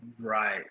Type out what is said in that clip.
Right